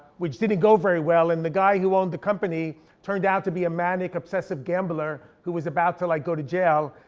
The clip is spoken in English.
which didn't go very well. and the guy who owned the company turned out to be a manic obsessive gambler who was about to like go to jail.